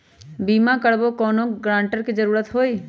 बिमा करबी कैउनो गारंटर की जरूरत होई?